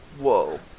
whoa